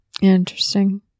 Interesting